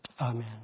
amen